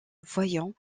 voyant